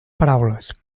paraules